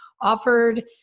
offered